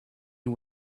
you